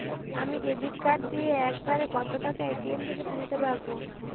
আমি debit card দিয়ে এক বারে কত টাকা এ.টি.এম থেকে তুলতে পারবো?